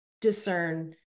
discern